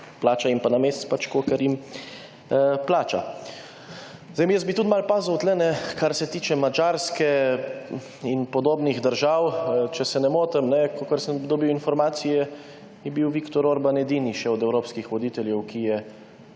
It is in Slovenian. plača jim pa na mesec kolikor jim plača. Zdaj jaz bi tudi malo pazil tukaj ne kar se tiče Madžarske in podobnih držav. Če se ne motim kakor sem dobil informacije je bil Viktor Orbán edini še od evropskih voditeljev, ki je